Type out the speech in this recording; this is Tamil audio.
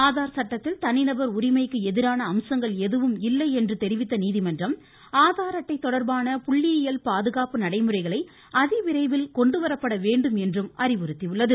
ஆதார் சட்டத்தில் தனிநபர் உரிமைக்கு எதிரான அம்சங்கள் எதுவும் இல்லை என்று தெரிவித்த நீதிமன்றம் ஆதார் அட்டை தொடர்பான புள்ளியியல் பாதுகாப்பு அதிவிரைவில் கொண்டு வரப்பட வேண்டும் நடைமுறைகளை என்றும் அறிவுறுத்தியுள்ளது